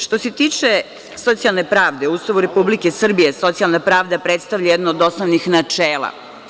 Što se tiče socijalne pravde, u Ustavu Republike Srbije, socijalna pravda predstavlja jedno od osnovnih načela.